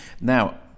now